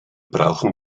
brauchen